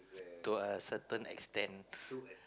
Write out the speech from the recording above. to a certain extent